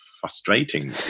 frustrating